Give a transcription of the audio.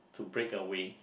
to break away